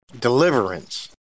Deliverance